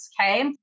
okay